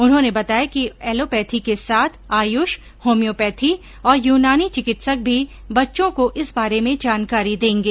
उन्होंने बताया कि एलोपैथी के साथ आयुष होम्योपैथी और यूनानी चिकित्सक भी बच्चों को इस बारे में जानकारी देंगे